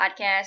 podcast